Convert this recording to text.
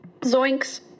Zoinks